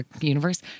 universe